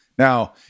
Now